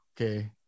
Okay